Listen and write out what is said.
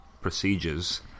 procedures